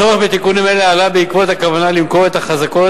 הצורך בתיקונים אלה עלה בעקבות הכוונה למכור את אחזקות,